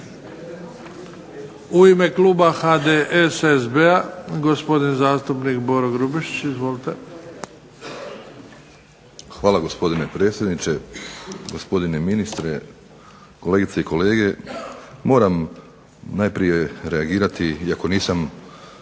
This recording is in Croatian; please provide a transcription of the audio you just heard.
U ime kluba HDSSB-a gospodin zastupnik Boro Grubišić. Izvolite. **Grubišić, Boro (HDSSB)** Hvala gospodine predsjedniče, gospodine ministre, kolegice i kolege. Moram najprije reagirati, iako nisam